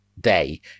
day